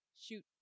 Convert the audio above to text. shoot